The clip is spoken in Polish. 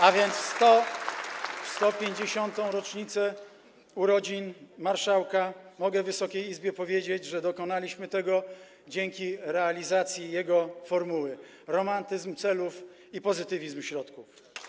A więc w 150. rocznicę urodzin marszałka mogę Wysokiej Izbie powiedzieć, że dokonaliśmy tego dzięki realizacji jego formuły: romantyzm celów i pozytywizm środków.